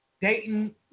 Dayton